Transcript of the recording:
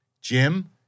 Jim